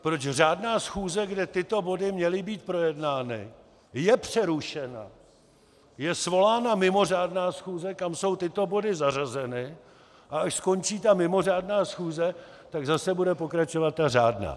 Proč řádná schůze, kde tyto body měly být projednány, je přerušena, je svolána mimořádná schůze, kam jsou tyto body zařazeny, a až skončí ta mimořádná schůze, tak zase bude pokračovat ta řádná.